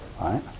right